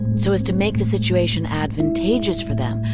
so as to make the situation advantageous for them,